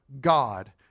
God